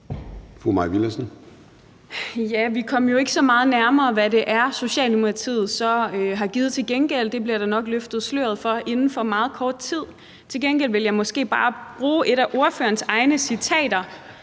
Vi kom jo ikke så meget nærmere, hvad det er, Socialdemokratiet så har givet til gengæld. Det bliver sløret nok løftet for inden for meget kort tid. Til gengæld vil jeg bare bruge et af ordførerens egne citater